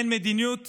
אין מדיניות